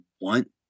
want